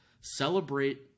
celebrate